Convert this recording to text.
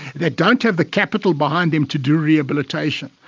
that don't have the capital behind them to do rehabilitation.